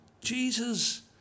Jesus